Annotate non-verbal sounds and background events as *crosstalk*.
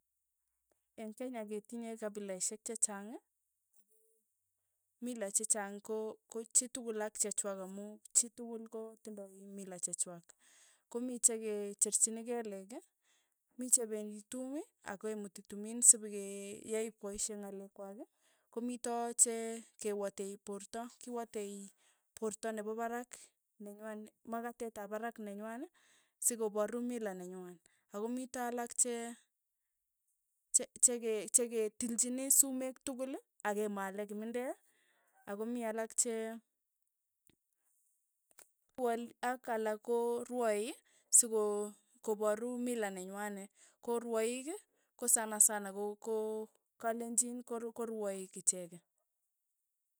En kenya chitugul koo tindoi mila chekwak komii chee ke cherchini kelekii, mii chependii tuumii agemutii tumin sipegeai poisyek ng'alek kwaikii komitoo chee kewatei porta kiwatei porta nepo parak, makatet ap parak nenywanaii sikoparu mila nenywan. Agomito alak chee cheketilchini sumek tugulii akemalee kimindee akomii alak chee *unintelligible* ak alak koorwoei sikoo koparuu mila neng'wane koo rwaikii koo sanasana koo kalenjin korwaik icheke.